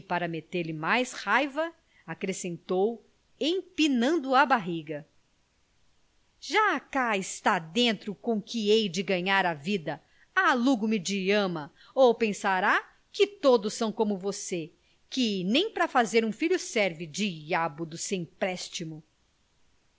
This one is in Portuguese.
para meter-lhe mais raiva acrescentou empinando a barriga já cá está dentro com que hei de ganhar a vida alugo me de ama ou pensará que todos são como você que nem para fazer um filho serve diabo do sem préstimo mas